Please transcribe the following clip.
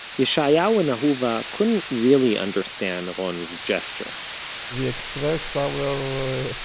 yeshayahu and ahuva couldn't really understand ah ron's gesture we expressed our